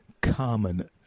common